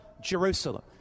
Jerusalem